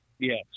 Yes